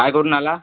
काय करून राहिला